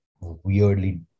weirdly